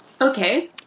Okay